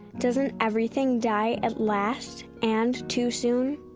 doesn't everything die at last, and too soon?